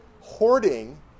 Hoarding